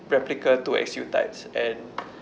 replica two_X_U tights and